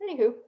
Anywho